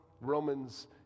Romans